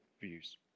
views